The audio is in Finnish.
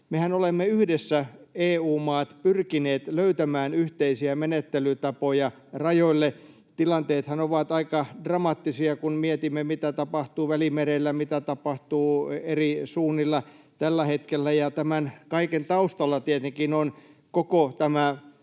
olemme yhdessä pyrkineet löytämään yhteisiä menettelytapoja rajoille. Tilanteethan ovat aika dramaattisia, kun mietimme, mitä tapahtuu Välimerellä, mitä tapahtuu eri suunnilla tällä hetkellä. Tämän kaiken taustalla tietenkin on koko tämä